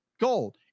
gold